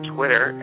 Twitter